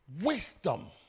Wisdom